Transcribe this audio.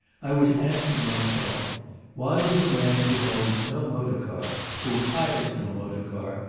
i was asking myself why does a man who owns no motor-car, who hires no motor-car,